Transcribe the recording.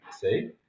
see